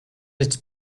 its